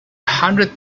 hundred